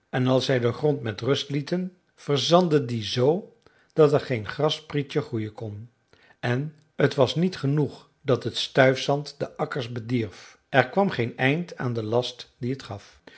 en als zij den grond met rust lieten verzandde die z dat er geen grassprietje groeien kon en t was niet genoeg dat het stuifzand de akkers bedierf er kwam geen eind aan den last dien het gaf